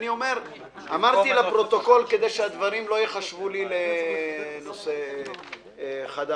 אמרתי את זה לפרוטוקול כדי שהדברים לא ייחשבו לנושא חדש.